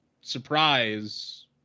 surprise